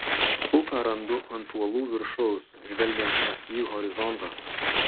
puką randu ant uolų viršaus žvelgiančią į horizontą